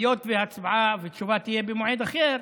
היות שהצבעה ותשובה יהיו במועד אחר,